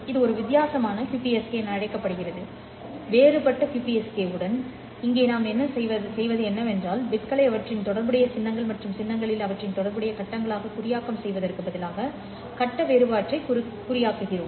இது ஒரு வித்தியாசமான QPSK என அழைக்கப்படுகிறது வேறுபட்ட QPSK உடன் இங்கே நாம் செய்வது என்னவென்றால் பிட்களை அவற்றின் தொடர்புடைய சின்னங்கள் மற்றும் சின்னங்களில் அவற்றின் தொடர்புடைய கட்டங்களாக குறியாக்கம் செய்வதற்கு பதிலாக கட்ட வேறுபாட்டை குறியாக்குகிறோம்